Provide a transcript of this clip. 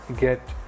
get